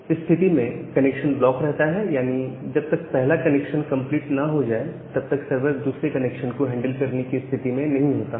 किस स्थिति में कनेक्शन ब्लॉक रहता है यानी जब तक पहला कनेक्शन कंप्लीट ना हो जाए तब तक सर्वर दूसरे कनेक्शन को हैंडल करने की स्थिति में नहीं होता